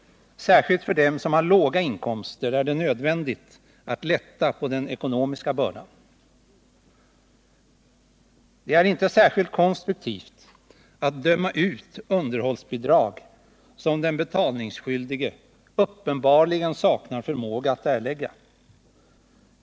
Särskilt för dem som har låga inkomster är det nödvändigt att lätta på den ekonomiska bördan. Det är inte särskilt konstruktivt att döma ut underhållsbidrag som den betalningsskyldige uppenbarligen saknar förmåga att erlägga.